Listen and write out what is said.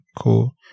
cool